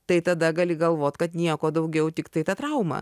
tai tada gali galvot kad nieko daugiau tiktai ta trauma